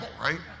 right